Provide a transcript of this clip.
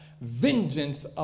vengeance